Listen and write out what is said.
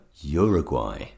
Uruguay